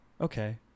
okay